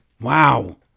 Wow